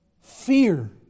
fear